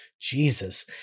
Jesus